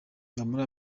muri